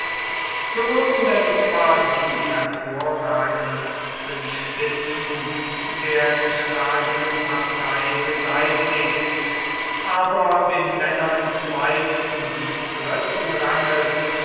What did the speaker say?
so wurden denn zwar die hervorragendsten spitzen der geschlagenen parteien beseitigt aber den männern zweiten und dritten ranges